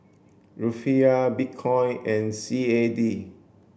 Rufiyaa Bitcoin and C A D